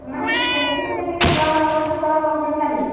মানে কোন কেনে কোন কেনেকৈ যোৱা হয় আক' তুমি কাৰোবাক লগ ধৰিছিলা নেকি